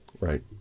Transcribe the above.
Right